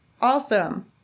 Awesome